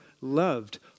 loved